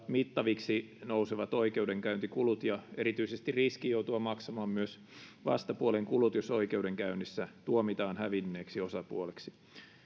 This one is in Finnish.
mittaviksi nousevat oikeudenkäyntikulut ja erityisesti riski joutua maksamaan myös vastapuolen kulut jos oikeudenkäynnissä tuomitaan hävinneeksi osapuoleksi